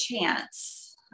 chance